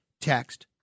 text